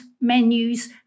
menus